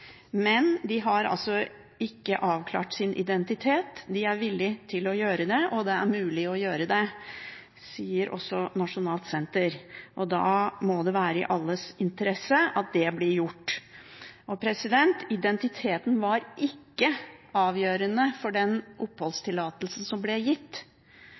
men de har altså ikke avklart sin identitet. De er villige til å gjøre det, og det er mulig å gjøre det – det sier også Nasjonalt ID-senter – og da må det være i alles interesse at det blir gjort. Identiteten var ikke avgjørende for den oppholdstillatelsen som ble gitt,